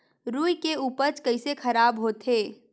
रुई के उपज कइसे खराब होथे?